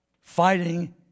fighting